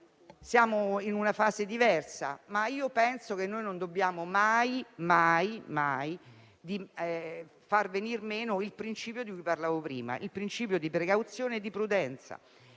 siamo in una fase diversa, ma io penso che non dobbiamo mai far venir meno i principi di cui parlavo prima, cioè i principi di precauzione e di prudenza.